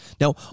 Now